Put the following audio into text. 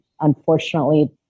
unfortunately